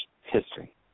history